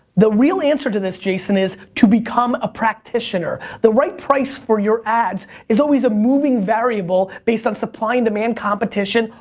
the real answer to this, jason, is to become a practitioner. the right price for your ads is always a moving variable based on supply and demand, competition,